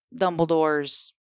Dumbledores